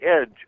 edge